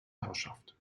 herrschaft